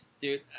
Dude